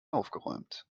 aufgeräumt